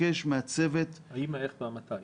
האם ה-איך וה-מתי.